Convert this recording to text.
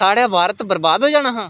साढ़ा भारत बर्बाद होई जाना हा